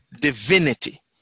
divinity